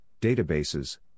databases